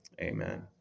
amen